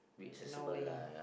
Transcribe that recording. no way